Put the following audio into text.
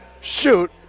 shoot